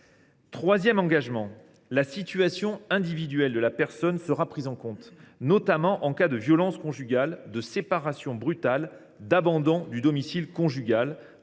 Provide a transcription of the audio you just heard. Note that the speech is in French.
Troisièmement, la situation individuelle de la personne sera prise en compte, notamment en cas de violences conjugales, de séparation brutale, d’abandon du domicile conjugal,